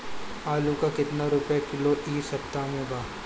आलू का कितना रुपया किलो इह सपतह में बा?